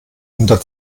unter